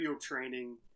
training